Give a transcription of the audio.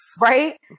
Right